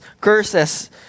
curses